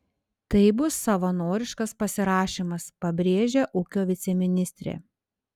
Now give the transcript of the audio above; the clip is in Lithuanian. tai bus savanoriškas pasirašymas pabrėžia ūkio viceministrė